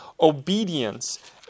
obedience